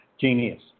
genius